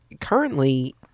currently